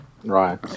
Right